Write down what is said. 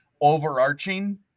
overarching